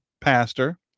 Pastor